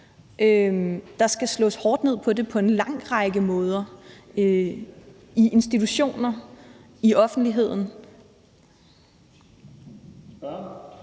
Der skal slås hårdt ned på det på en lang række måder – i institutioner og i offentligheden.